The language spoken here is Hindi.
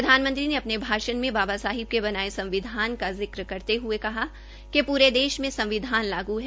प्रधानमंत्री ने अपने भाषण में बाबा साहिब के बनाये संविधान का जिक्र करते हये कहा कि पूरे देश में संविधान लागू है